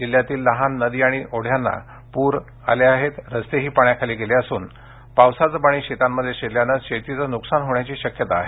जिल्ह्यातील लहान नदी आणि ओढ्याना पूर रस्ते ही पाण्याखाली गेले असून पावसाचे पाणी शेतांमध्ये शिरल्याने शेतीचे नुकसान होण्याची शक्यता आहे